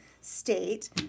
state